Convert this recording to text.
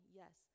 yes